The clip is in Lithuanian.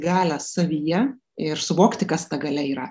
galią savyje ir suvokti kas ta galia yra